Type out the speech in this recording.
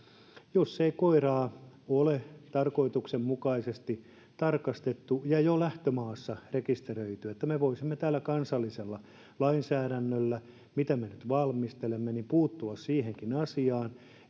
jos koiraa ei ole tarkoituksenmukaisesti tarkastettu ja jo lähtömaassa rekisteröity niin me voisimme tällä kansallisella lainsäädännöllä mitä me nyt valmistelemme puuttua siihenkin asiaan